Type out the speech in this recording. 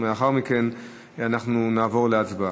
לאחר מכן נעבור להצבעה.